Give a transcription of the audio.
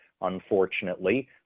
unfortunately